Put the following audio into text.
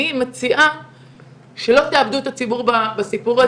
אני מציעה שלא תאבדו את הציבור בסיפור הזה.